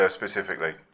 specifically